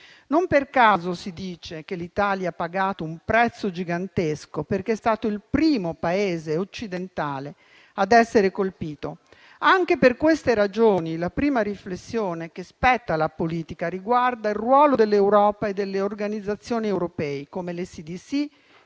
Non per caso si dice che l'Italia ha pagato un prezzo gigantesco, perché è stato il primo Paese occidentale ad essere colpito. Anche per queste ragioni, la prima riflessione che spetta alla politica riguarda il ruolo dell'Europa e delle organizzazioni europee, come lo